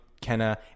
Kenna